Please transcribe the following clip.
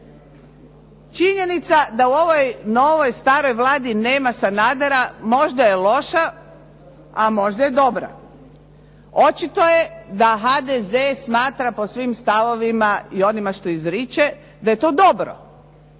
Činjenica da u ovoj novoj staroj Vladi nema Sanadera možda je loša, a možda je dobra. Očito je da HDZ smatra po svim stavovima i onima što izriče da je to dobro